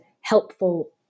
helpful